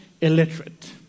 illiterate